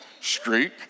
streak